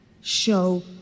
Show